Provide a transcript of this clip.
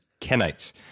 Kenites